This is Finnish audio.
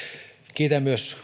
kiitän myös